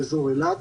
באזור אילת.